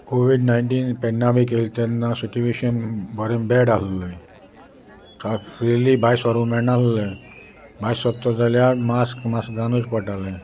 Covid nineteen pandemic बी येली तेन्ना सिट्युवेशन बरें बॅड आसलें फ्रिली भायस सोरूं मेळना आसलें भायर सोदतो जाल्यार मास्क मास्क घालूनच पडटालें